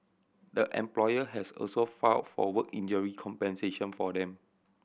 the employer has also file for work injury compensation for them